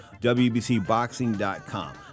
WBCboxing.com